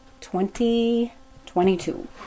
2022